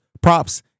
props